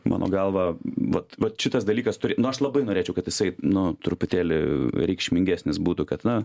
mano galva vat vat šitas dalykas turi nu aš labai norėčiau kad jisai nu truputėlį reikšmingesnis būtų kad na